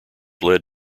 led